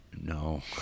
No